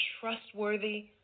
trustworthy